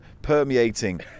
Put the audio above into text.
Permeating